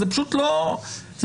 אני